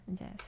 Yes